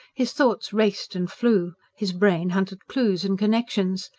his thoughts raced and flew his brain hunted clues and connections.